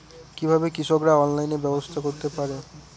কিভাবে কৃষকরা অনলাইনে ব্যবসা করতে পারে?